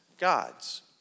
God's